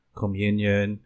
communion